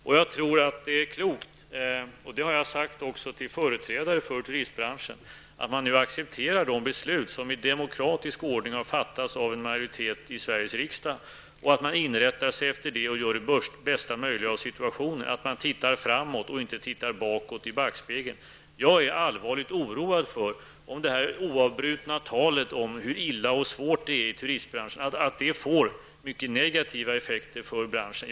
Det vore klokt, och detta har jag sagt också till företrädare för turistbranschen, om man nu accepterar de beslut som i demokratisk ordning har fattats av en majoritet i Sveriges riksdag, att man inrättar sig efter detta, gör det bästa möjliga av situationen och ser framåt, och inte tittar bakåt i backspegeln. Om detta oavbrutna tal om hur illa och svårt det är i turistbranschen fortsätter, är jag allvarligt oroad för att det får mycket negativa effekter för branschen.